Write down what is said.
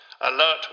alert